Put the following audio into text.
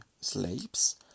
slaves